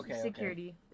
Security